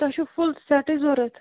تۄہہِ چھُو فُل سٮ۪ٹٕے ضوٚرَتھ